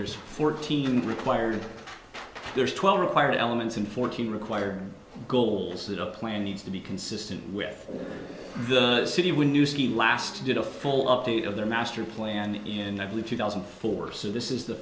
there's fourteen required there's twelve required elements and fourteen required goals that a plan needs to be consistent with the city when you see last did a full update of their master plan in i believe two thousand and four so this is the